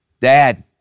Dad